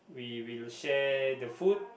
we will share the food